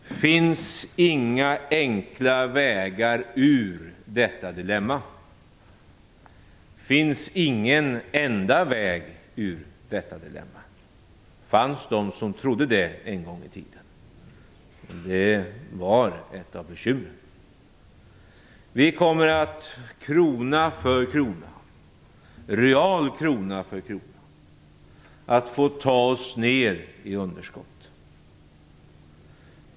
Det finns inga enkla vägar ur detta dilemma. Det finns ingen enda väg ur detta dilemma. Det fanns de som trodde det en gång i tiden. Det var ett av bekymren. Vi kommer att krona för krona, real krona för krona, få ta oss ner i underskott.